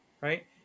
right